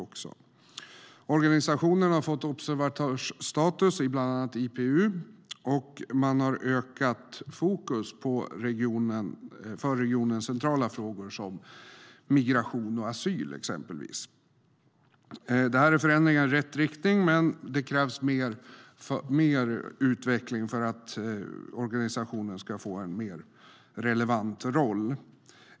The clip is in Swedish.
Organisationen har fått observatörsstatus i bland annat IPU, och fokus har ökat på för regionen centrala frågor såsom migration och asyl. Detta är förändringar i rätt riktning, men mer utveckling krävs för att organisationen ska få en mer relevant roll.